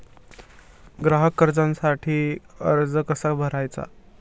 ग्राहक कर्जासाठीचा अर्ज कसा भरायचा?